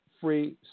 free